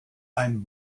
ein